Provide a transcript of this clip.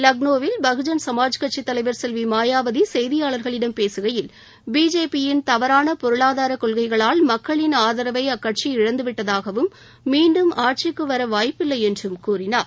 லக்னோவில் பகுஜன் சமாஜ் கட்சித் தலைவர் செல்வி மாயாவதி செய்தியாளர்களிடம் பேசுகையில் பிஜேபியின் தவறான பொருளாதார கொள்கைகளால் மக்களின் ஆதரவை அக்கட்சி இழந்து விட்டதாகவும் மீண்டும் ஆட்சிக்கு வர வாய்ப்பில்லை என்றும் கூறினார்